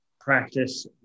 practice